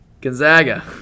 Gonzaga